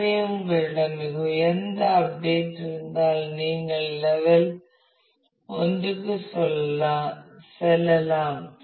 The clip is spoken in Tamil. எனவே உங்களிடம் மிக உயர்ந்த அப்டேட் இருந்தால் நீங்கள் லெவல் 1க்கு செல்லலாம்